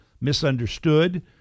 misunderstood